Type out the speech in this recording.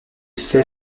fait